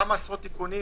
כמה עשרות תיקונים